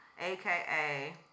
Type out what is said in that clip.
AKA